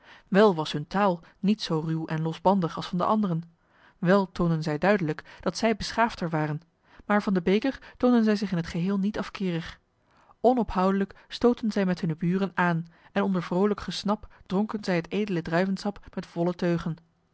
wel was hunne taal niet zoo ruw en losbandig als van de anderen wel toonden zij duidelijk dat zij beschaafder waren maar van den beker toonden zij zich in het geheel niet afkeerig onophoudelijk stootten zij met hunne buren aan en onder vroolijk gesnap dronken zij het edele druivensap met volle teugen